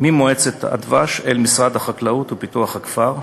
ממועצת הדבש אל משרד החקלאות ופיתוח הכפר.